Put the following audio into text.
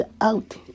out